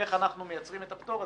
איך אנחנו מייצרים את הפטור הזה?